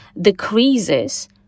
decreases